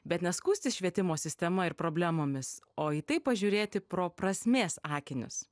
bet ne skųstis švietimo sistema ir problemomis o į tai pažiūrėti pro prasmės akinius